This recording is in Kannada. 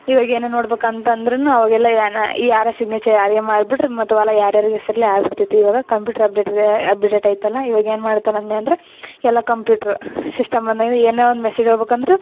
ಇವಾಗ ಏನು ನೋಡ್ಬೇಕಂತ ಅಂದ್ರು ಅವಾಗೆಲ್ಲ ಏನು ಈ ಯಾರ ಸಿಗ್ನೇಚರ್ ಯಾರಿಗೆ ಮಾಡ್ಬಿಟ್ರು ಮತ್ತೆ ಹೊಲ ಯಾರ್ಯಾರ್ ಹೆಸ್ರಲ್ಲೆ ಆಗ್ಬಿಡ್ತಿತ್ತೆ ಇವಾಗ ಕಂಪ್ಯೂಟ್ರ್ ಅಪ್ಡೇಟೆಡ್ ಇದೆ ಅಪ್ಪಿಡೇಟ್ ಐತಲ್ಲ ಇವಾಗ ಏನು ಮಾಡ್ತರೆ ಅನ್ಯಂದ್ರೆ ಎಲ್ಲ ಕಂಪ್ಯೂಟ್ರ್ ಸಿಸ್ಟಮ್ ಬಂದಾಗಿಂದ ಏನು ಒಂದು ಮೆಸೇಜ್ ಹೋಗ್ಬೇಕಂದ್ರು